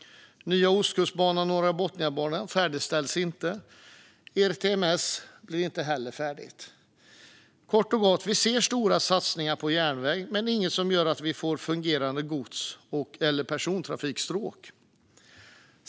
Nya Ostkustbanan och Norrbotniabanan färdigställs inte. ERTMS blir inte heller färdigt. Kort och gott: Vi ser stora satsningar på järnväg men inget som gör att vi får fungerande gods eller persontrafikstråk.